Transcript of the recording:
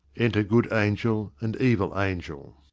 enter good angel and evil angel.